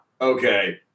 okay